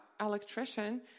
electrician